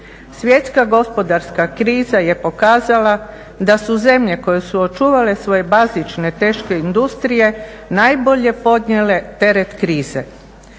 Svjetska gospodarska kriza je pokazala da su zemlje koje su očuvale svoje bazične teške industrije najbolje podnijele teret krize.